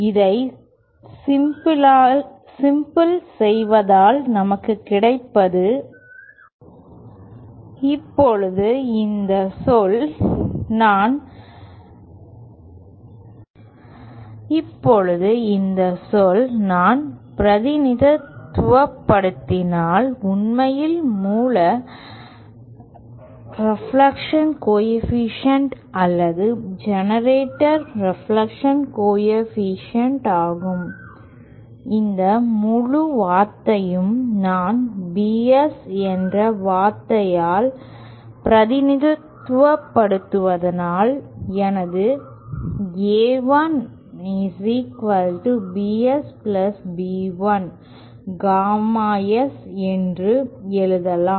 இதை சிம்பிளிபை செய்வதனால் நமக்கு கிடைப்பது இப்போது இந்த சொல் நான் பிரதிநிதித்துவப்படுத்தினால் உண்மையில் மூல ரெப்லக்ஷன் கோஎஃபீஷியேன்ட் அல்லது ஜெனரேட்டர் ரெப்லக்ஷன் கோஎஃபீஷியேன்ட் ஆகும் இந்த முழு வார்த்தையும் நான் BS என்ற வார்த்தையால் பிரதிநிதித்துவப்படுத்தினால் எனது A1BS B1 காமா S என்று எழுதலாம்